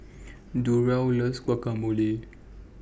Durell loves Guacamole